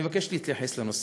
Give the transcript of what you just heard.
אני מבקש להתייחס לנושא.